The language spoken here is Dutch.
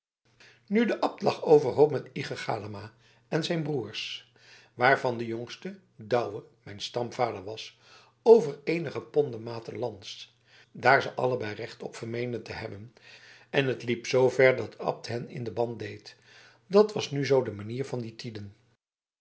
nu de abt lag overhoop met ige galama en zijn broers waarvan de jongste douwe mijn stamvader was over eenige pondematen lands daar ze allebei recht op vermeenden te hebben en het liep zoover dat de abt hen in den ban deed dat was nu zoo de manier in die tiden